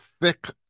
thick